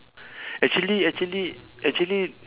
actually actually actually